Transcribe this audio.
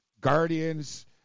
Guardians